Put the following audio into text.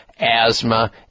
asthma